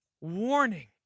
warning